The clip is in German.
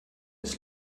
ist